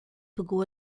pegou